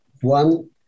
one